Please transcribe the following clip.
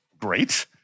great